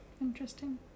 Interesting